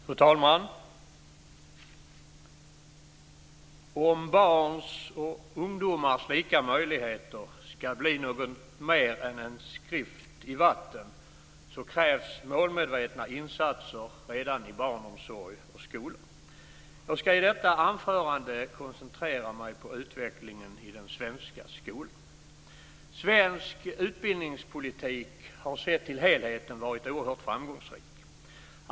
Fru talman! Om barns och ungdomars lika möjligheter ska bli något mer än en skrift i vatten krävs målmedvetna insatser redan i barnomsorg och skola. Jag ska i detta anförande koncentrera mig på utvecklingen i den svenska skolan. Svensk utbildningspolitik har sett till helheten varit oerhört framgångsrik.